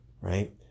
right